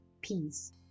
peace